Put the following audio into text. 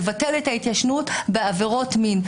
לבטל את ההתיישנות בעבירות מין.